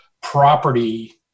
property